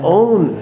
own